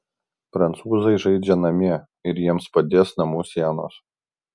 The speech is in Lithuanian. prancūzai žaidžia namie ir jiems padės namų sienos